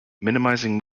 minimizing